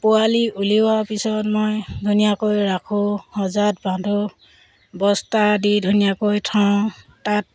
পোৱালি উলিওৱাৰ পিছত মই ধুনীয়াকৈ ৰাখোঁ সজাত বান্ধো বস্তা দি ধুনীয়াকৈ থওঁ তাত